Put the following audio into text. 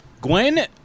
Gwen